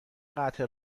قطع